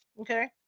okay